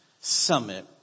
summit